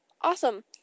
Awesome